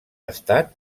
estat